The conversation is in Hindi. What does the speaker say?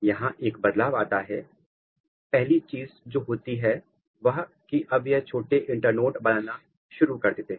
यहां एक बदलाव आता है पहली चीज जो होती है वह कि अब यह छोटे इंटर्नोड बनाना शुरू कर देते हैं